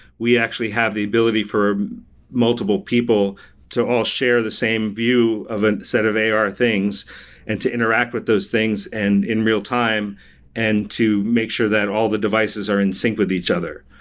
we actually have the ability for multiple people to all share the same view of a set of ar things and to interact with those things and in real-time and to make sure that all the devices are in sync with each other.